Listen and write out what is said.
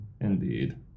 indeed